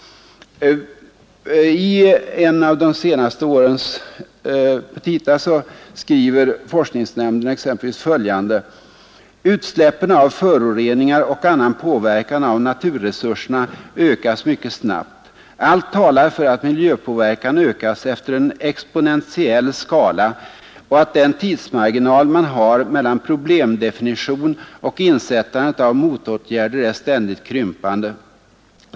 I en av sina petita från de senaste åren skriver forskningsnämnden exempelvis följande: ”Utsläppen av föroreningar och annan påverkan av naturresurserna ökas mycket snabbt. Allt talar för att miljöpåverkan ökas efter en exponentiell skala och att den tidsmarginal man har mellan problemdefinition och insättandet av motåtgärder är ständigt krympande.